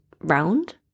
round